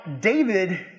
David